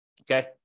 okay